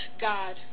God